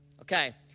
Okay